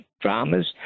dramas